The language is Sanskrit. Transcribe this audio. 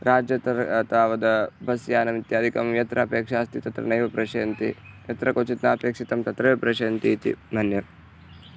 राज्यतर् तावद् बस्यानम् इत्यादिकं यत्र अपेक्षा अस्ति तत्र नैव प्रेषयन्ति यत्र क्वचित् नापेक्षितं तत्रैव प्रेषयन्ति इति मन्ये